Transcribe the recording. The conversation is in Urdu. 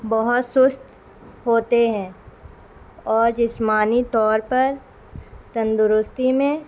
بہت سست ہوتے ہیں اور جسمانی طور پر تندرستی میں